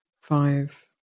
five